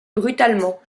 brutalement